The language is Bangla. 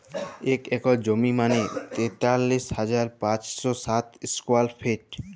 এক একর জমি মানে তেতাল্লিশ হাজার পাঁচশ ষাট স্কোয়ার ফিট